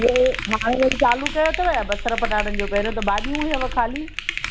हे हाणे चालू कयव त छा बसर पटाटनि जो पहिरियों त भाॼियूं हुइयूं ख़ाली